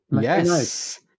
Yes